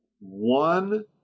one